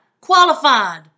qualified